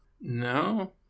No